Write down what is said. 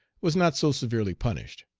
was not so severely punished.